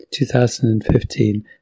2015